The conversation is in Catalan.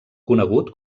conegut